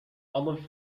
أضف